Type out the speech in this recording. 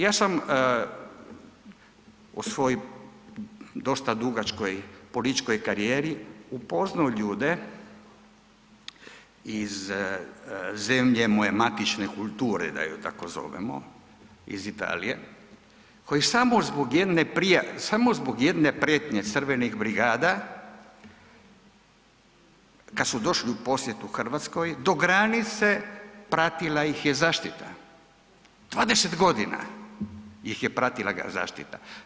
Ja sam u svojoj dosta dugačkoj političkoj karijeri upoznao ljude iz zemlje moje matične kulture da ju tako zovemo iz Italije, koji samo zbog jedne prijave, samo zbog jedne prijetnje crvenih brigada, kad su došli u posjet u Hrvatskoj do granice pratila ih je zaštita, 20 godina ih je pratila zaštita.